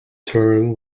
term